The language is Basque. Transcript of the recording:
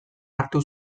hartu